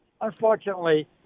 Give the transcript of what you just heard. unfortunately